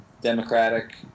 democratic